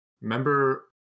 Remember